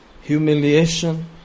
humiliation